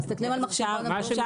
מה